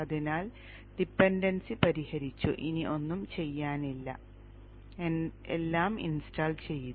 അതിനാൽ ഡിപെൻഡൻസി പരിഹരിച്ചു ഇനി ഒന്നും ചെയ്യാനില്ല എല്ലാം ഇൻസ്റ്റാൾ ചെയ്തു